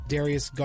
Darius